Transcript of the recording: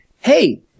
hey